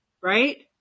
Right